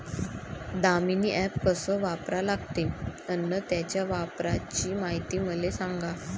Damini app कस वापरा लागते? अन त्याच्या वापराची मायती मले सांगा